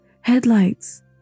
Headlights